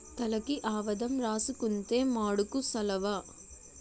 తలకి ఆవదం రాసుకుంతే మాడుకు సలవ